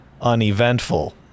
uneventful